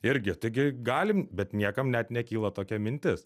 irgi taigi galim bet niekam net nekyla tokia mintis